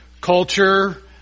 culture